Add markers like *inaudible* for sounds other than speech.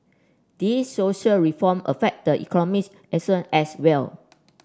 these social reform affect the economics *unintelligible* as well